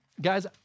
Guys